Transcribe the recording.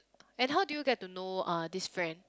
and how do you get to know uh this friend